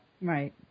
Right